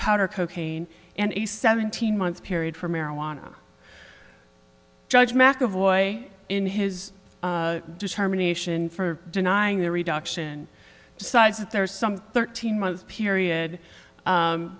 powder cocaine and a seventeen month period for marijuana judge mcevoy in his determination for denying the reduction decides that there is some thirteen month period